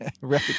Right